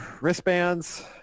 wristbands